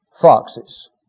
foxes